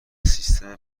سیستم